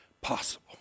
possible